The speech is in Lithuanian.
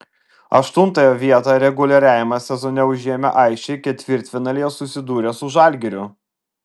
aštuntąją vietą reguliariajame sezone užėmę aisčiai ketvirtfinalyje susidūrė su žalgiriu